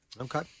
Okay